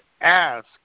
ask